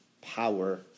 power